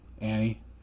Annie